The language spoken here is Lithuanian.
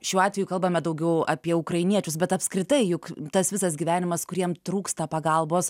šiuo atveju kalbame daugiau apie ukrainiečius bet apskritai juk tas visas gyvenimas kuriem trūksta pagalbos